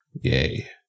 Yay